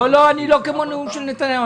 לא, אני לא כמו הנאום של נתניהו.